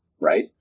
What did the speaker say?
right